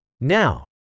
Now